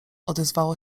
odezwało